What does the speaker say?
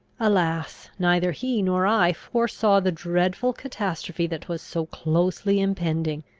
alas, neither he nor i foresaw the dreadful catastrophe that was so closely impending!